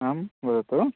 आम् वदतु